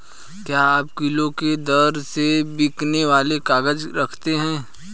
क्या आप किलो के दर से बिकने वाले काग़ज़ रखते हैं?